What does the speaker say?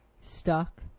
Stuck